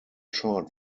short